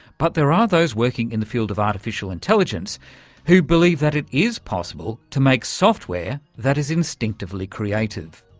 but there are those working in the field of artificial intelligence who believe that it is possible to make software that is instinctively creative.